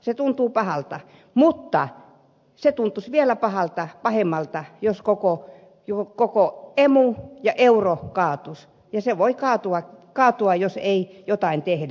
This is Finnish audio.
se tuntuu pahalta mutta se tuntuisi vielä pahemmalta jos koko emu ja euro kaatuisi ja se voi kaatua jos ei jotain tehdä